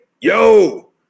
yo